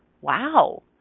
Wow